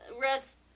rest